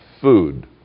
food